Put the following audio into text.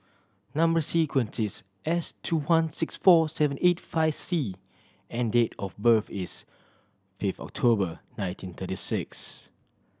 number sequence is S two one six four seven eight five C and date of birth is fifth October nineteen thirty six